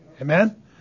Amen